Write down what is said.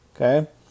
Okay